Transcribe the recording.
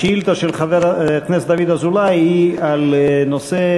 השאילתה של חבר הכנסת דוד אזולאי היא על הנושא